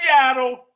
Seattle